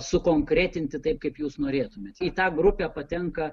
sukonkretinti taip kaip jūs norėtumėt į tą grupę patenka